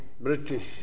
British